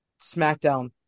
SmackDown